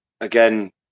again